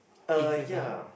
uh ya